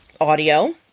audio